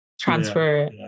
Transfer